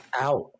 out